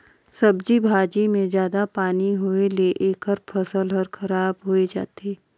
सब्जी भाजी मे जादा पानी होए ले एखर फसल हर खराब होए जाथे